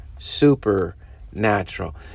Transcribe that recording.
Supernatural